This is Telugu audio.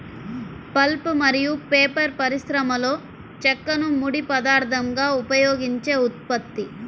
పల్ప్ మరియు పేపర్ పరిశ్రమలోచెక్కను ముడి పదార్థంగా ఉపయోగించే ఉత్పత్తి